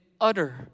utter